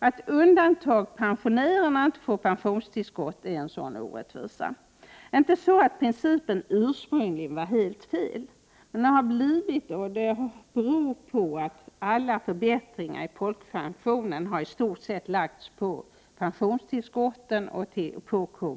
Att undantagandepensionärerna inte får pensionstillskott är en sådan orättvisa. Det är inte så, att principen ursprungligen var helt fel. Men den har blivit fel, vilket beror på att alla förbättringar av folkpensionen under de senaste 20 åren i stort sett har lagts på pensionstillskotten och KBT.